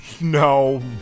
No